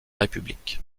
république